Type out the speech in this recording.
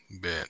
bet